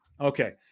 Okay